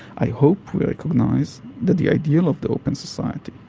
i hope we recognise that the ideal of the open society,